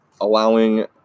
allowing